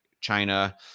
China